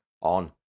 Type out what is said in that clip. on